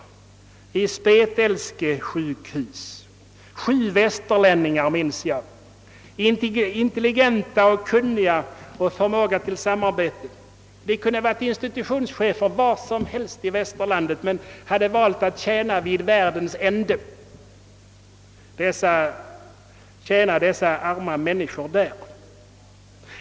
Jag minns särskilt på ett spetälskesjukhus sju västerlänningar, intelligenta, kunniga och med förmåga till samarbete. De kunde varit institutionschefer var som helst i västerlandet men hade valt att tjäna dessa arma människor vid världens ände.